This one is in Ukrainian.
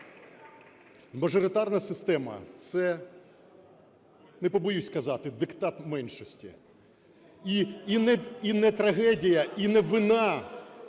Мажоритарна система – це, не побоюсь сказати, диктат меншості. І не трагедія, і не вина